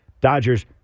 Dodgers –